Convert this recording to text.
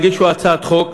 יגישו הצעת חוק